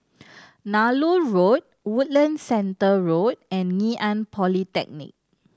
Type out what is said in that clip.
Nallur Road Woodlands Centre Road and Ngee Ann Polytechnic